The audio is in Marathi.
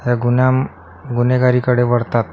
हे गुन्ह्या गुन्हेगारीकडे वळतात